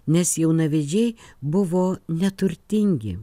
nes jaunavedžiai buvo neturtingi